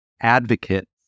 advocate